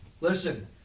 Listen